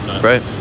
right